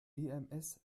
ems